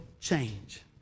change